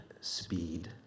speed